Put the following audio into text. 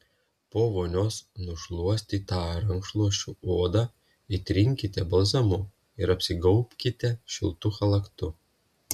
po vonios nušluostytą rankšluosčiu odą įtrinkite balzamu ir apsigaubkite šiltu chalatu